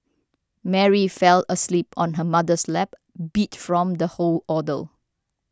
Mary fell asleep on her mother's lap beat from the whole ordeal